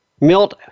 Milt